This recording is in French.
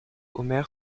omer